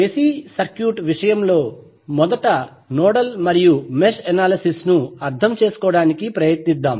AC circuit విషయంలో మొదట nodal మరియు మెష్ అనాలిసిస్ ను అర్థం చేసుకోవడానికి ప్రయత్నిద్దాం